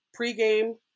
pregame